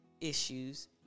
issues